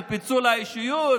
של פיצול האישיות,